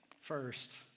First